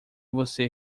você